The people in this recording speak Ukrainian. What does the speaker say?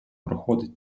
проходить